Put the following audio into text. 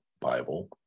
Bible